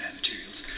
materials